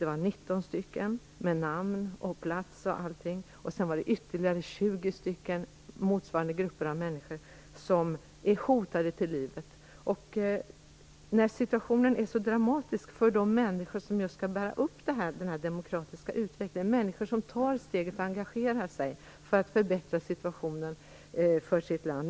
Det var 19 stycken, med både namn och plats utsatt. Ytterligare 20 människor från motsvarande grupper är hotade till livet. Situationen är så dramatisk för just de människor som skall bära upp den demokratiska utvecklingen, människor som tar steget och engagerar sig för att förbättra situationen i sitt land.